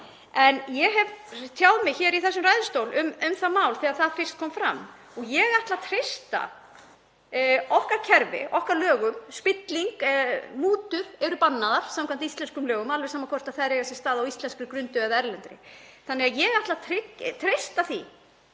Ég hef tjáð mig hér í þessum ræðustól um það mál þegar það fyrst kom fram og ég ætla að treysta okkar kerfi, okkar lögum. Mútur eru bannaðar samkvæmt íslenskum lögum, alveg sama hvort þær eiga sér stað á íslenskri grundu eða erlendri. Þannig að ég ætla að treysta því